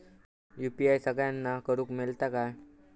UPI सगळ्यांना करुक मेलता काय?